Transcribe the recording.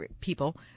people